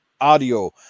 Audio